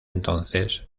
entonces